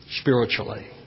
spiritually